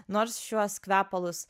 nors šiuos kvepalus